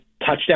touchdown